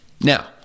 Now